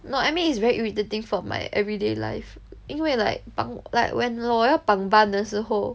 no I mean it's very irritating for my everyday life 因为 like 绑 like when 我要绑 bun 的时候